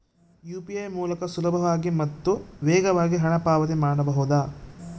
UPI ಮೂಲಕ ಸುಲಭವಾಗಿ ಮತ್ತು ವೇಗವಾಗಿ ಹಣ ಪಾವತಿ ಮಾಡಬಹುದಾ?